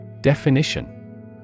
Definition